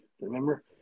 Remember